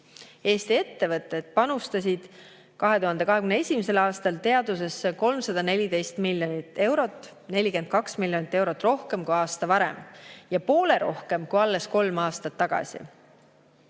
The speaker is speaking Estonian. Eesti ettevõtted panustasid 2021. aastal teadusesse 314 miljonit eurot – 42 miljonit eurot rohkem kui aasta varem ja poole rohkem kui alles kolm aastat tagasi.